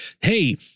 hey